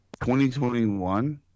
2021